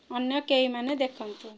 ଅନ୍ୟ କେହିମାନେ ଦେଖନ୍ତୁ